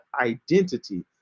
identity